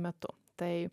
metu tai